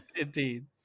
indeed